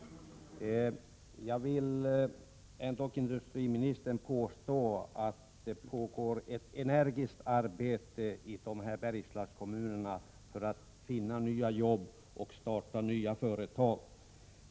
Jag vill till industriministern säga att det i dessa Bergslagskommuner pågår ett energiskt arbete för att finna nya jobb och starta nya företag.